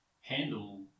handle